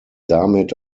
damit